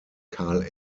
carl